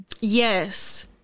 Yes